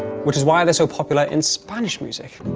which is why they're so popular in spanish music